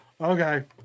Okay